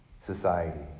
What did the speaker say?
society